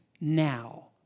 now